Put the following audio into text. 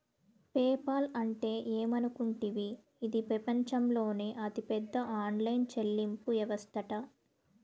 PayPal అంటే ఏమనుకుంటివి, ఇది పెపంచంలోనే అతిపెద్ద ఆన్లైన్ చెల్లింపు యవస్తట